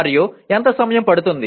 మరియు ఎంత సమయం పడుతుంది